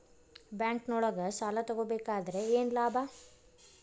ಬ್ಯಾಂಕ್ನೊಳಗ್ ಸಾಲ ತಗೊಬೇಕಾದ್ರೆ ಏನ್ ಲಾಭ?